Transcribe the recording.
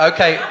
Okay